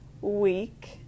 week